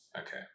Okay